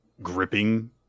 Gripping